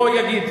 הוא יגיד.